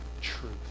truth